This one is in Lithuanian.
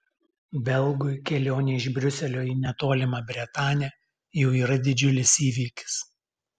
belgui kelionė iš briuselio į netolimą bretanę jau yra didžiulis įvykis